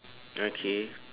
okay